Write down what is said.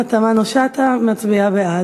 9) (זכותו של נפגע עבירת מין לבחירת מין החוקר),